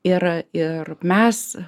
ir ir mes